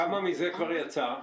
כמה מזה כבר יצא?